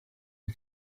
you